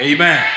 Amen